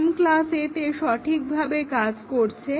m class A তে সঠিকভাবে কাজ করছে